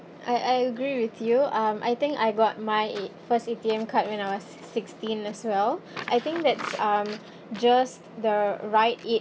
I I agree with you um I think I got my first A_T_M card when I was sixteen as well I think that's um just the right a~